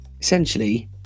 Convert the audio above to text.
Essentially